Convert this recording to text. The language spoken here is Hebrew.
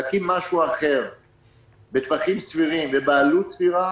להקים משהו אחר בטווחים סבירים ובעלות סבירה